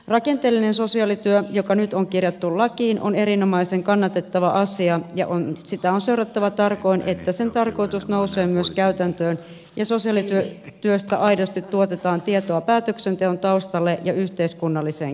rakenteellinen sosiaalityö joka nyt on kirjattu lakiin on erinomaisen kannatettava asia ja sitä on seurattava tarkoin niin että sen tarkoitus nousee myös käytäntöön ja sosiaalityöstä aidosti tuotetaan tietoa päätöksenteon taustalle ja yhteiskunnalliseen kes kusteluun